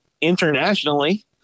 internationally